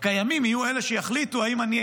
הקיימים יהיו אלה שיחליטו האם אני,